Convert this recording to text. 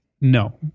No